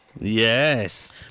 Yes